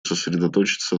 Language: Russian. сосредоточиться